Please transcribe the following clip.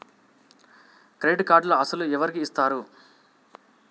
Credit కార్డులు అసలు ఎవరికి ఇస్తారు?